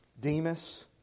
Demas